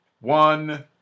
one